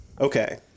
Okay